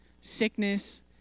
sickness